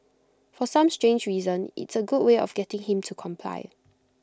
for some strange reason it's A good way of getting him to comply